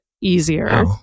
easier